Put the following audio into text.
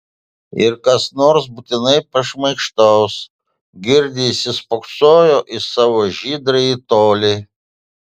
ir kas nors būtinai pašmaikštaus girdi įsispoksojo į savo žydrąjį tolį